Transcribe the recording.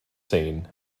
scene